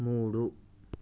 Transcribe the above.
మూడు